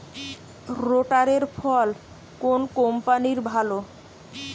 রোটারের ফল কোন কম্পানির ভালো?